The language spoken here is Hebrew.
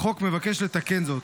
החוק מבקש לתקן זאת.